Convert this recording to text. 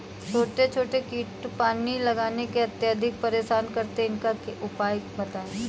छोटे छोटे कीड़े पानी लगाने में अत्याधिक परेशान करते हैं इनका उपाय बताएं?